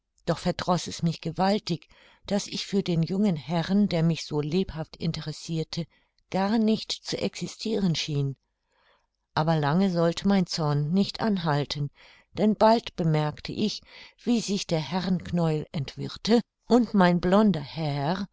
doch verdroß es mich gewaltig daß ich für den jungen herrn der mich so lebhaft interessirte gar nicht zu existiren schien aber lange sollte mein zorn nicht anhalten denn bald bemerkte ich wie sich der herrnknäuel entwirrte und mein blonder herr